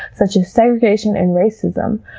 such as segregation and racism,